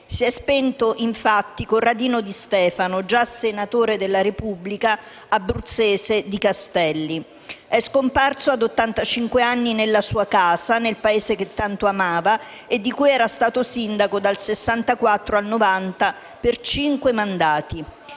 Si e spento infatti Corradino Di Stefano, già senatore della Repubblica, abruzzese, di Castelli. È scomparso ad ottantacinque anni nella sua casa, nel paese che tanto amava e di cui era stato sindaco dal 1964 al 1990 per cinque mandati.